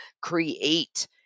create